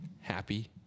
Happy